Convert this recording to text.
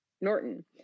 Norton